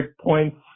points